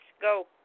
Go